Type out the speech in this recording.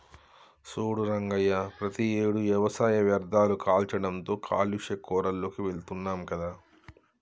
సూడు రంగయ్య ప్రతియేడు వ్యవసాయ వ్యర్ధాలు కాల్చడంతో కాలుష్య కోరాల్లోకి వెళుతున్నాం కదా